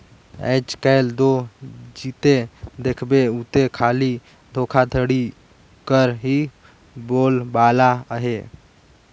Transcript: आएज काएल दो जिते देखबे उते खाली धोखाघड़ी कर ही बोलबाला अहे